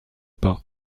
pas